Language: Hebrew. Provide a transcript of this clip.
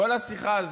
כל השיחה הזאת,